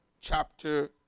chapter